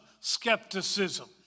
skepticism